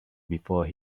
before